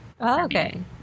Okay